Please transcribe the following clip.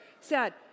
Sad